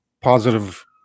positive